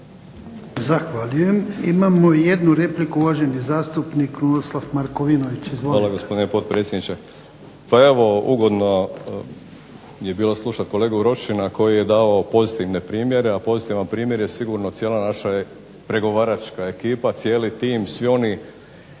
Zahvaljujem. Imamo jednu repliku, uvaženi zastupnik Krunoslav Markovinović. Izvolite. **Markovinović, Krunoslav (HDZ)** Hvala gospodine potpredsjedniče. Pa evo ugodno je bilo slušati kolegu Rošina koji je dao pozitivne primjere, a pozitivan primjer je sigurno cijela naša pregovaračka ekipa, cijeli tim, svi oni